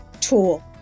tool